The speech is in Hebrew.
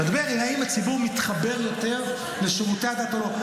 אתה מדבר האם הציבור מתחבר יותר לשירותי הדת או לא.